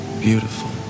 beautiful